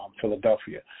Philadelphia